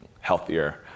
healthier